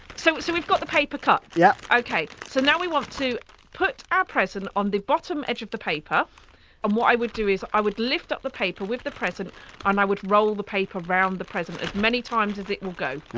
so so, we've got the paper cut? yeah okay. so, now we want to put our present on the bottom edge of the paper and what i would do is i would lift up the paper with the present and i would roll the paper round the present, as many times as it will go